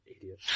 idiot